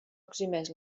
eximeix